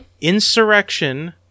Insurrection